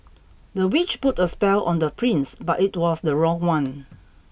the witch put a spell on the prince but it was the wrong one